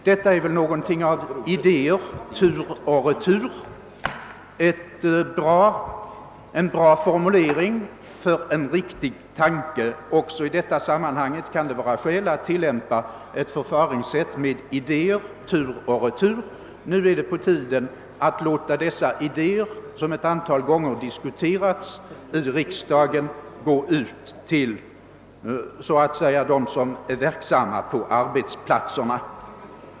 Det är väl någonting av »ideér tur och retur», en bra formulering för en riktig tanke. Också i detta sammanhang kan det vara skäl att tillämpa ett förfaringssätt med idéer tur och retur. Nu är det på tiden att låta dessa idéer, som ett otal gånger diskuterats i riksdagen, gå ut till dem som är verksamma på arbetsplatserna.